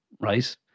right